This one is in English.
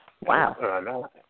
wow